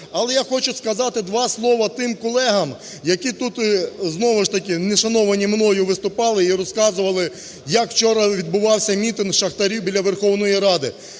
Але я хочу сказати два слова тим колегам, які тут знову ж таки не шановані мною виступали і розказували, як вчора відбувався мітинг шахтарів біля Верховної Ради.